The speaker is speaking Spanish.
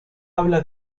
habla